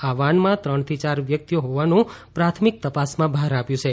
આ વાનમાં ત્રણથી ચાર વ્યક્તિઓ હોવાનું પ્રાથમિક તપાસમાં બહાર આવ્યું છે